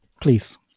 please